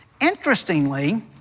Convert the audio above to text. Interestingly